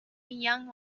young